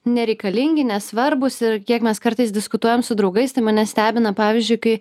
nereikalingi nesvarbūs ir kiek mes kartais diskutuojam su draugais tai mane stebina pavyzdžiui kai